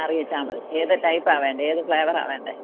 അറിയിച്ചാൽ മതി ഏത് ടൈപ്പാ വേണ്ടത് ഏത് ഫ്ളേവറാ വേണ്ടത്